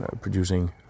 producing